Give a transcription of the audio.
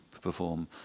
perform